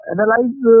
Analyze